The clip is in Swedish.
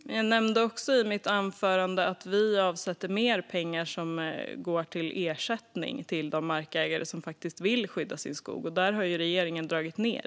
Fru talman! Jag nämnde också i mitt anförande att vi avsätter mer pengar som går till ersättning till de markägare som faktiskt vill skydda sin skog. Där har regeringen dragit ned.